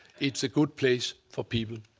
it's a good place for people.